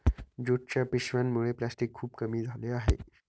ज्यूटच्या पिशव्यांमुळे प्लॅस्टिक खूप कमी झाले आहे